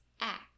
act